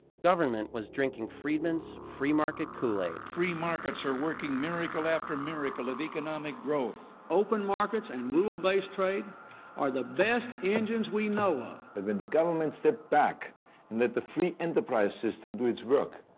government was drinking friedman's free-market kool-aid. free markets are working miracle after miracle of economic growth. open markets and rule-based trade are the best engines we know of. but when the governments step back and let the free enterprise system do its work,